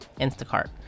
instacart